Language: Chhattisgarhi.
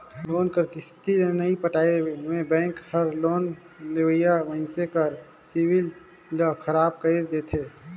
लोन कर किस्ती नी पटाए में बेंक हर लोन लेवइया मइनसे कर सिविल ल खराब कइर देथे